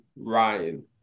Ryan